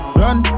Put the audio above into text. run